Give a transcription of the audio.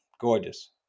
Gorgeous